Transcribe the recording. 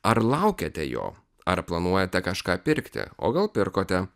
ar laukiate jo ar planuojate kažką pirkti o gal pirkote